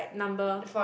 number